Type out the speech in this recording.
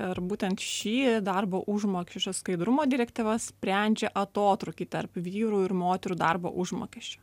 ir būtent šį darbo užmokesčio skaidrumo direktyva sprendžia atotrūkį tarp vyrų ir moterų darbo užmokesčio